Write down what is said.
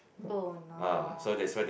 oh no